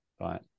Right